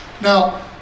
Now